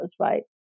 right